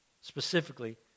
specifically